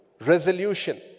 Resolution